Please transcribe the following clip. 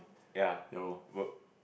ya would